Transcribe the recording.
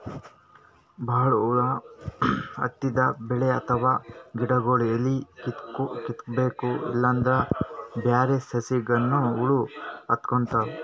ಭಾಳ್ ಹುಳ ಹತ್ತಿದ್ ಬೆಳಿ ಅಥವಾ ಗಿಡಗೊಳ್ದು ಎಲಿ ಕಿತ್ತಬೇಕ್ ಇಲ್ಲಂದ್ರ ಬ್ಯಾರೆ ಸಸಿಗನೂ ಹುಳ ಹತ್ಕೊತಾವ್